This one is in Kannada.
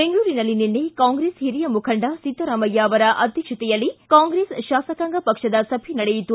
ಬೆಂಗಳೂರಿನಲ್ಲಿ ನಿನ್ನೆ ಕಾಂಗ್ರೆಸ್ ಹಿರಿಯ ಮುಖಂಡ ಸಿದ್ದರಾಮಯ್ಯ ಅವರ ಅಧ್ಯಕ್ಷತೆಯಲ್ಲಿ ಕಾಂಗ್ರೆಸ್ ಶಾಸಕಾಂಗ ಪಕ್ಷದ ಸಭೆ ನಡೆಯಿತು